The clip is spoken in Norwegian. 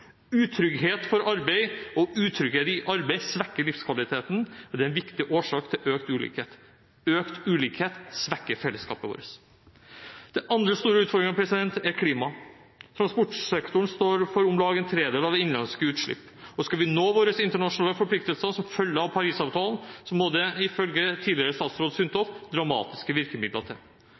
Utrygghet for arbeid og utrygghet i arbeid svekker livskvaliteten, og det er en viktig årsak til økt ulikhet. Økt ulikhet svekker fellesskapet vårt. Den andre store utfordringen er klimaet. Transportsektoren står for om lag en tredjedel av det innenlandske utslippet, og skal vi nå våre internasjonale forpliktelser som følge av Paris-avtalen, må det ifølge tidligere statsråd Sundtoft dramatiske virkemidler til.